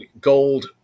gold